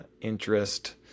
interest